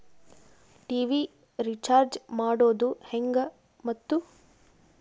TV recharge ಮಾಡೋದು ಹೆಂಗ ಮತ್ತು?